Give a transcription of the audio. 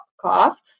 cough